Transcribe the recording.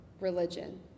religion